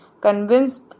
convinced